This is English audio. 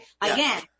Again